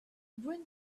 bring